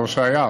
בהושעיה,